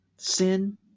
Sin